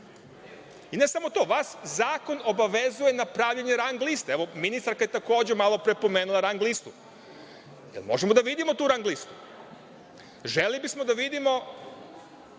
I, ne samo to, vas zakon obavezuje na pravljenje rang liste. Evo, ministarka je takođe malopre pomenula rang listu, da li možemo da vidimo tu rang listu? Želeli bismo da vidimo